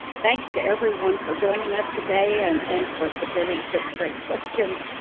thanks to everyone for joining us today and and for submitting such great questions.